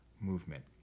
movement